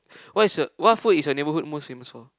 what is your what food is your neighborhood most famous for